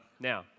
now